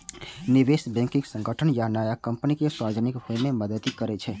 निवेश बैंकिंग संगठन नया कंपनी कें सार्वजनिक होइ मे मदति करै छै